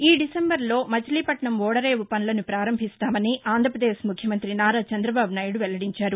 ఈ దిశెంబర్లో మచిలీపట్నం ఓడరేవు పనులను పారంభిస్తామని ఆంధ్రపదేశ్ ముఖ్యమంతి నారా చంద్రబాబునాయుడు వెల్లడించారు